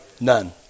None